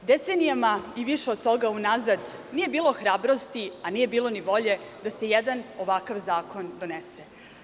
Decenijama, i više od toga unazad nije bilo hrabrosti, a nije bilo ni volje da se jedan ovakav zakon donese.